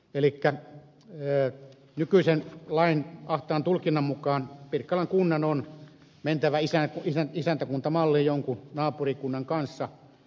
elikkä nykyisen lain ahtaan tulkinnan mukaan pirkkalan kunnan on mentävä isäntäkuntamalliin jonkun naapurikunnan kanssa